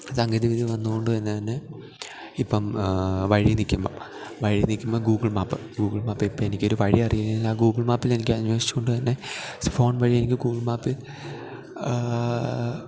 സാങ്കേതികവിദ്യ വന്ന കൊണ്ട് തന്നെ തന്നെ ഇപ്പം വഴി നിക്ക്മ്പം വഴി നിക്ക്മ്പം ഗൂഗിള്മാപ്പ് ഗൂഗിള് മാപ്പ് ഇപ്പ എനിക്കൊരു വഴി അറിയില്ലാ ഗൂഗിള് മാപ്പിലെനിക്ക് അന്വേഷിച്ച് കൊണ്ട് തന്നെ സ്ഫോണ് വഴി എനിക്ക് ഗൂഗിള് മാപ്പിൽ